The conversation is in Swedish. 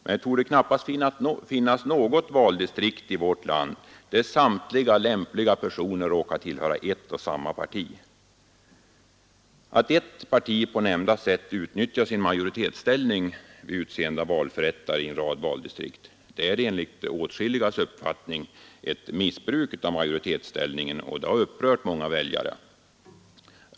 Men det torde knappast finnas något valdistrikt i vårt land där samtliga lämpliga personer råkar tillhöra ett och samma parti. Att ett parti på nämnda sätt utnyttjar sin majoritetsställning vid utseende av valförrättare i en rad valdistrikt är enligt åtskilligas uppfattning ett missbruk av majoritetsställningen, och detta har upprört många väljare.